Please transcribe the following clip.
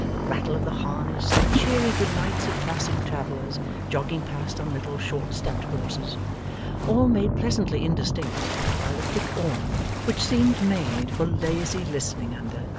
the rattle of the harness, the cheery good-nights of passing travellers jogging past on little short-stepped horses all made pleasantly indistinct by the thick awning, which seemed made for lazy listening under,